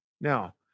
Now